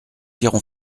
irons